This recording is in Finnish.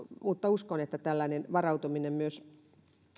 uskon että myös tällainen varautuminen